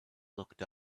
looked